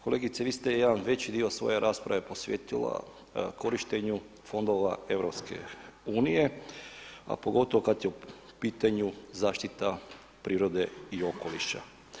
Kolegice vi ste jedan veći dio svoje rasprave posvetila korištenju fondova EU, a pogotovo kad je u pitanju zaštita prirode i okoliša.